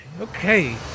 Okay